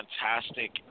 fantastic